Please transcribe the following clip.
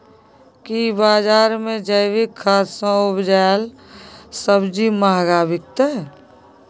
की बजार मे जैविक खाद सॅ उपजेल सब्जी महंगा बिकतै?